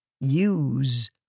Use